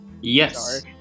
Yes